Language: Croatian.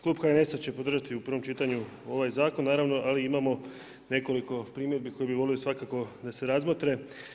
Klub HNS će podržati u prvom čitanju ovaj zakon, ali imamo nekoliko primjedbi koje bi volio svakako da se razmotre.